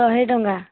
ଶହେ ଟଙ୍କା